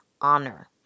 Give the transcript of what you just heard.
honor